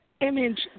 image